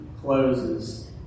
closes